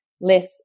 less